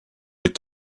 est